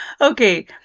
okay